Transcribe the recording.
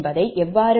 10 j0